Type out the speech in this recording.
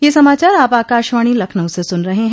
ब्रे क यह समाचार आप आकाशवाणी लखनऊ से सुन रहे हैं